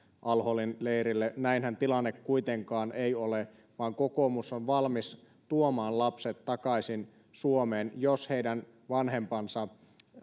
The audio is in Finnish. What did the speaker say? al holin leirille näinhän tilanne kuitenkaan ei ole vaan kokoomus on valmis tuomaan lapset takaisin suomeen jos heidän vanhempansa